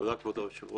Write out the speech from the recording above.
תודה, כבוד היושב-ראש.